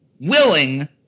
willing